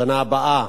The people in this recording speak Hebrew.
בשנה הבאה,